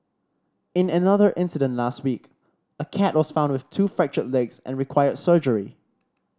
in another incident last week a cat was found with two fractured legs and required surgery